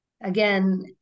again